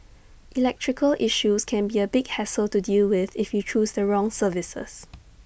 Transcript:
electrical issues can be A big hassle to deal with if you choose the wrong services